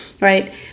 right